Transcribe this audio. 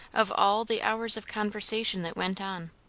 of all the hours of conversation that went on,